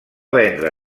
vendre